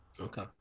Okay